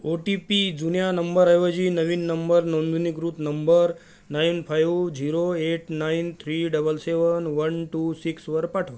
ओ T P जुन्या नंबरऐवजी नवीन नंबर नोंदणीकृत number nine five zero eight nine three double seven one two six वर पाठवा